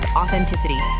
authenticity